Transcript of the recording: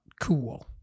cool